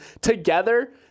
Together